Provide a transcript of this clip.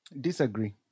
disagree